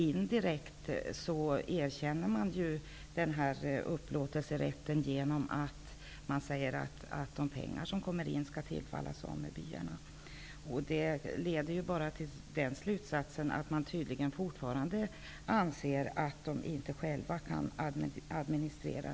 Indirekt erkänns upplåtelserätten genom att det sägs att de pengar som kommer in skall tillfalla samebyarna. Det leder till slutsatsen att man tydligen fortfarande anser att samerna inte själva kan administera.